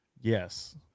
Yes